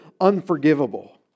unforgivable